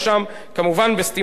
בביצוע פחות.